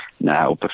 now